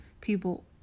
people